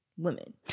women